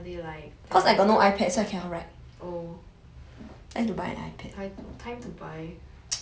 !aiya! so 麻烦 [one] why are they like that oh